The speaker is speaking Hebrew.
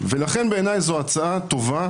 לכן בעיניי זו הצעה טובה,